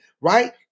right